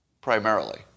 primarily